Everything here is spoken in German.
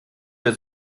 wir